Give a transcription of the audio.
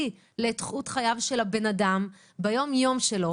לאיכות חייו של האדם ביום יום שלו.